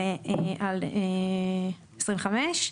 3168/25,